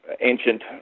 ancient